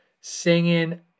singing